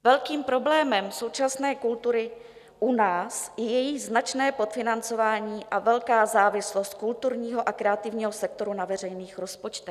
Velkým problémem současné kultury u nás je její značné podfinancování a velká závislost kulturního a kreativního sektoru na veřejných rozpočtech.